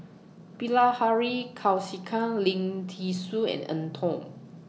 Bilahari Kausikan Lim Thean Soo and Eng Tow